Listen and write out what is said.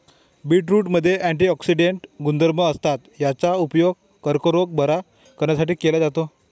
बीटरूटमध्ये अँटिऑक्सिडेंट गुणधर्म असतात, याचा उपयोग कर्करोग बरा करण्यासाठी केला जातो